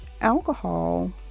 alcohol